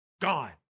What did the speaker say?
gone